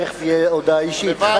תיכף תהיה הודעה אישית.